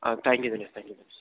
ah thank you Dinesh thank you Dinesh